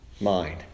mind